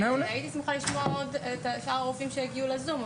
הייתי שמחה לשמוע את שאר הרופאים שהגיעו לזום,